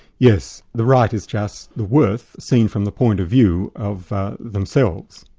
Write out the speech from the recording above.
yes. the right is just the worth, seen from the point of view of themselves.